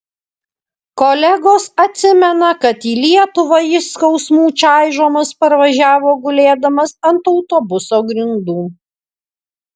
kolegos atsimena kad į lietuvą jis skausmų čaižomas parvažiavo gulėdamas ant autobuso grindų